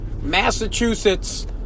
Massachusetts